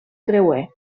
creuer